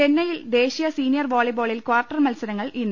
ചെന്നൈയിൽ ദേശീയ സീനിയർ വോളിബോളിൽ കാർട്ടർ മത്സരങ്ങൾ ഇന്ന്